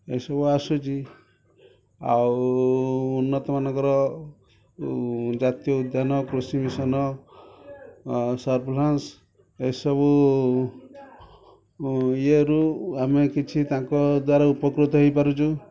ଏସବୁ ଆସୁଛି ଆଉ ଉନ୍ନତମାନଙ୍କର ଜାତୀୟ ଉଦ୍ୟାନ କୃଷି ମିଶନ୍ ଏସବୁ ଇଏରୁ ଆମେ କିଛି ତାଙ୍କ ଦ୍ୱାରା ଉପକୃତ ହୋଇପାରୁଛୁ